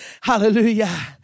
Hallelujah